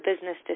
business